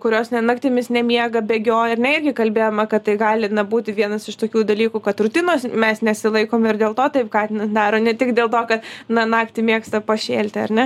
kurios ne naktimis nemiega bėgioja ar ne irgi kalbėjome kad tai gali būti vienas iš tokių dalykų kad rutinos mes nesilaikom ir dėl to taip katinas daro ne tik dėl to kad na naktį mėgsta pašėlti ar ne